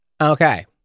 Okay